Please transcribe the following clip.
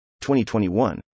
2021